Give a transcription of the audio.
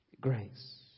Grace